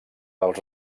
els